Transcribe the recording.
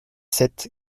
sept